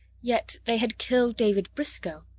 yet they had killed david briscoe,